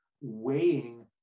weighing